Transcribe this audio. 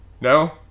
No